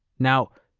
now,